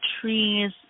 trees